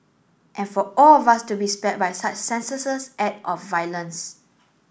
and for all of us to be spared by such senseless act of violence